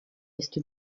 est